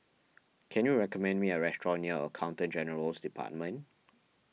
can you recommend me a restaurant near Accountant General's Department